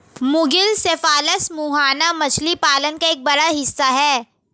मुगिल सेफालस मुहाना मछली पालन का एक बड़ा हिस्सा है